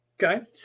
Okay